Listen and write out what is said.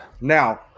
Now